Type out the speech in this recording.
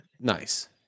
Nice